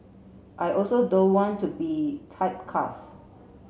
I also don't want to be typecast